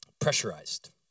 pressurized